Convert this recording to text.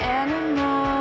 animal